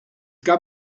gab